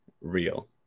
real